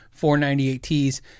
498Ts